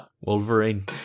Wolverine